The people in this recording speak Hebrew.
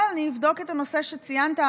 אבל אבדוק את הנושא שציינת,